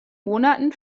monaten